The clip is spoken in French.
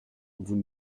vous